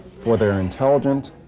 for they're intelligent,